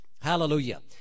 Hallelujah